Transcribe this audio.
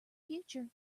future